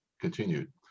continued